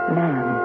man